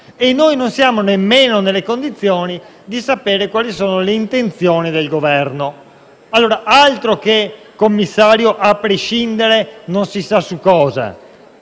e noi non siamo nemmeno nelle condizioni di sapere quali siano le intenzioni del Governo. Allora altro che commissario a prescindere, non si sa su cosa: